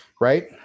Right